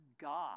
God